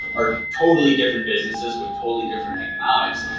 are totally different businesses with totally different economics.